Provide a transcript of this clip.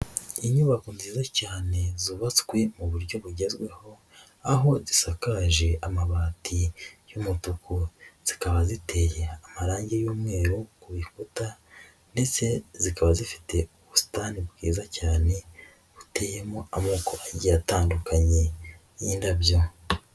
Inyubako nziza cyane zubatswe mu buryo bugezweho, aho zisakaje amabati y'umutuku zikaba ziteye amarange y'umweru ku bikuta ndetse zikaba zifite ubusitani bwiza cyane buteyemo amoko agiye atandukanye y'indabyo.